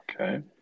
Okay